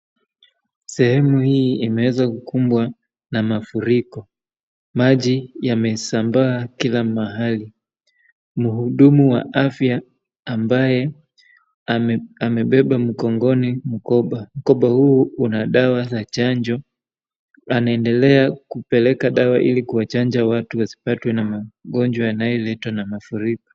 Sehemu hii imeweza kukumbwa na mafuriko. Maji yamesambaa kila mahali. Mhudumu wa afya ambaye amebeba mgongoni mkoba. Mkoba huu una dawa za chanjo. Anaendelea kupeleka dawa ili kuwachanja watu wasipatwe na magonjwa yanayoletwa na mafuriko.